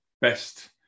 best